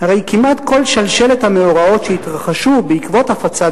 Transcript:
"הרי כמעט כל שלשלת המאורעות שהתרחשו בעקבות הפצת